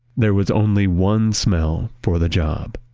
there was only one smell for the job.